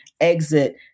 exit